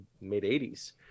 mid-80s